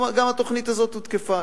גם התוכנית הזאת הותקפה,